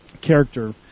character